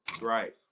Right